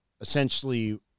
essentially